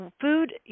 Food